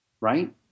right